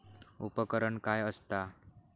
उपकरण काय असता?